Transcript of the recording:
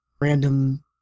random